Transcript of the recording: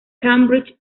cambridge